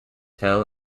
hell